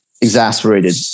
Exasperated